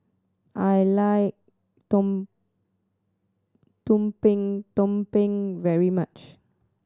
I like tum tumpeng very much